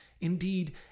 Indeed